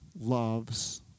loves